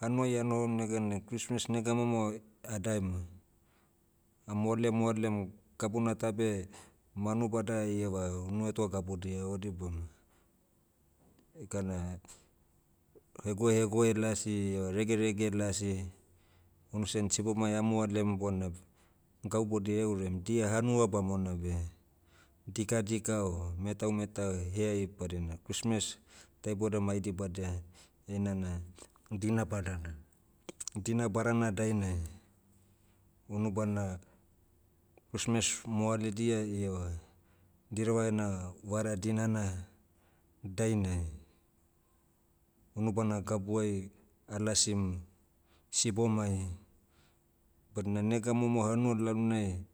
hanuai anohom neganai christmas nega momo, adaemu, amoale moalemu, gabuna ta be, manubada ieva unuheto gabudia odibamu. Ekana, hegoe hegoe lasi ieva rege rege lasi, unusen sibomai amoalem bona, gau boudia eorem dia hanua bamona beh, dikadika o, metau metau heai badina christmas, ta iboudai mai dibada, heina na, dina badana. Dina badana dainai, unubana, christmas moaledia ieva, dirava ena vara dinana, dainai, unubana gabuai, alasim, sibomai, badina nega momo hanua lalonai